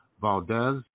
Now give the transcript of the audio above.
Valdez